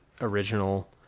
original